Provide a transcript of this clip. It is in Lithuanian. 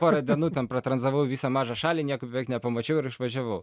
porą dienų ten pratranzavau visą mažą šalį nieko nepamačiau ir išvažiavau